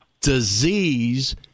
disease